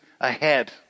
ahead